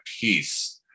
peace